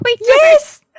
Yes